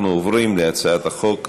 אנחנו עוברים להצעת החוק הבאה: